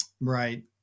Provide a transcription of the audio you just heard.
Right